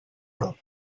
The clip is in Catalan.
prop